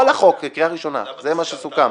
כל החוק לקריאה ראשונה, זה מה שסוכם.